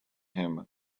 him